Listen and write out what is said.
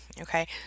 Okay